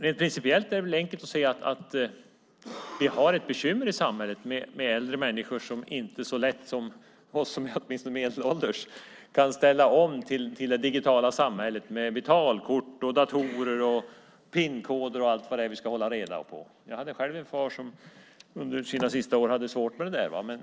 Rent principiellt är det enkelt att se att vi har ett bekymmer i samhället med äldre människor som inte så lätt som vi som är åtminstone medelålders kan ställa om till det digitala samhället med betalkort, datorer, pinkoder och allt vad det är vi ska hålla reda på. Jag hade själv en far som under sina sista år hade svårt med det där.